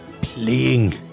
playing